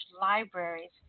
libraries